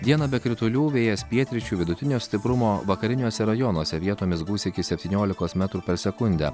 dieną be kritulių vėjas pietryčių vidutinio stiprumo vakariniuose rajonuose vietomis gūsiai iki septyniolikos metrų per sekundę